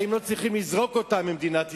האם לא צריכים לזרוק אותם ממדינת ישראל?